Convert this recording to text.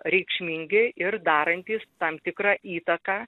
reikšmingi ir darantys tam tikrą įtaką